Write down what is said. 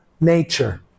nature